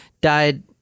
died